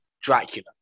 Dracula